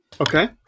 Okay